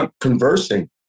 conversing